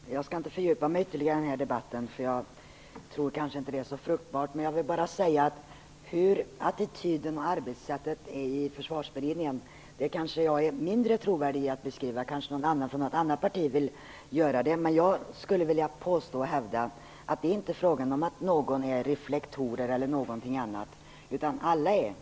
Herr talman! Jag skall inte fördjupa mig ytterligare i den här debatten. Jag tror inte att det är så fruktbart. Men låt mig säga att hur attityden och arbetssättet är i försvarsberedningen kanske jag är mindre trovärdig att beskriva. Kanske någon från något annat parti skulle vilja göra det. Men jag vill hävda att det inte är fråga om att hävda att någon är reflektor eller något annat.